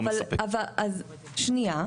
אז שנייה,